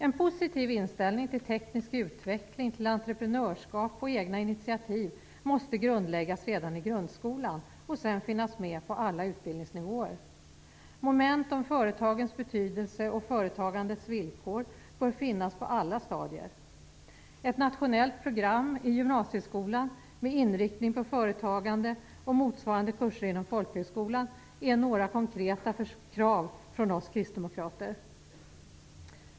En positiv inställning till teknisk utveckling, entreprenörskap och egna initiativ måste grundläggas redan i grundskolan och sedan finnas med på alla utbildningsnivåer. Moment om företagens betydelse och företagandets villkor bör finnas med på alla stadier. Ett nationellt program i gymnasieskolan med inriktning på företagande och motsvarande kurser inom folkhögskolan är några konkreta krav från oss kristdemokrater.